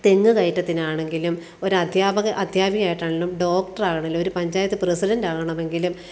തെങ്ങുകയറ്റത്തിനാണെങ്കിലും ഒരു അദ്ധ്യാപക അദ്ധ്യാപിക ആയിട്ടാണെങ്കിലും ഡോക്ടറാണെങ്കിലും ഒരു പഞ്ചായത്ത് പ്രസിഡൻ്റാകണമെങ്കിലും